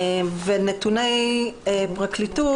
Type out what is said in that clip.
בנתוני פרקליטות,